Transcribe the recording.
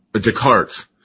Descartes